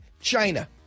China